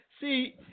See